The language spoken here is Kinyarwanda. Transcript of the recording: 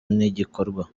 n’igikorwa